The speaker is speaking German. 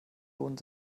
lohnen